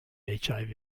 hiv